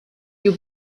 you